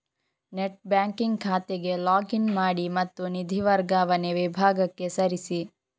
net banking ಖಾತೆಗೆ log in ಮಾಡಿ ಮತ್ತು ನಿಧಿ ವರ್ಗಾವಣೆ ವಿಭಾಗಕ್ಕೆ ಸರಿಸಿ